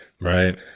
Right